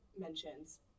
mentions